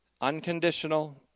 unconditional